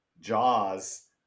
Jaws